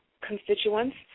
constituents